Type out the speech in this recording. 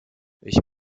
ich